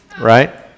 right